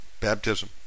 Baptism